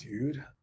dude